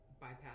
bypass